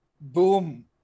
Boom